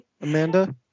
Amanda